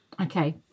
Okay